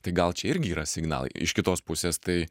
tai gal čia irgi yra signalai iš kitos pusės tai